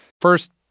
First